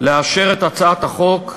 לאשר את הצעת החוק.